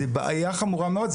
שזאת בעיה חמורה מאוד,